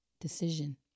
decision